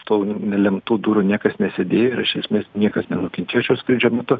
tų nelemtų durų niekas nesėdėjo ir iš esmės niekas nenukentėjo šio skrydžio metu